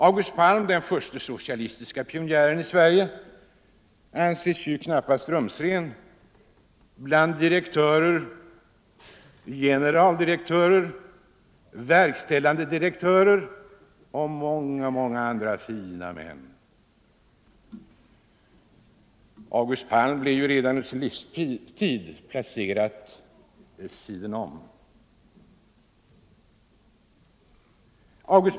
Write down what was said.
August Palm — den förste socialistiske pionjären i Sverige — anses ju knappast rumsren bland direktörer, generaldirektörer, verkställande direktörer och många andra fina män. August Palm blev redan under sin livstid placerad ”vid sidan om”.